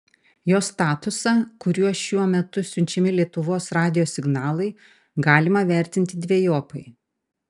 jo statusą kuriuo šiuo metu siunčiami lietuvos radijo signalai galima vertinti dvejopai